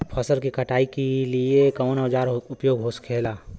फसल की कटाई के लिए कवने औजार को उपयोग हो खेला?